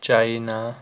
China